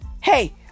hey